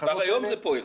כבר היום זה פועל.